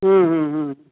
हूं हूं हूं